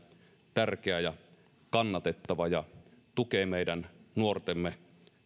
tärkeä ja kannatettava ja tukee meidän nuortemme